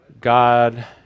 God